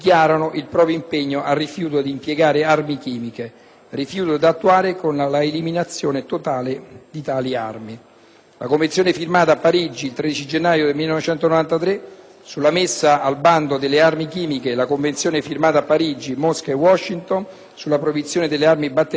La Convenzione firmata a Parigi il 13 gennaio 1993, sulla messa al bando delle armi chimiche, e la Convenzione firmata a Parigi, Mosca e Washington, sulla proibizione delle armi batteriologiche, costituiscono lo sbocco di un lungo e complesso lavoro diplomatico protrattosi per l'intero secolo XX sullo